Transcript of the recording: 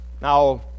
Now